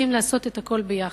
צריכים לעשות את הכול ביחד.